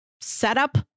setup